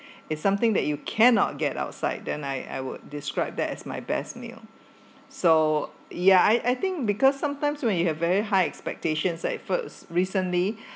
it's something that you cannot get outside then I I would describe that as my best meal so ya I I think because sometimes when you have very high expectations like first recently